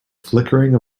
flickering